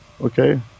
okay